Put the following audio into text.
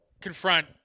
confront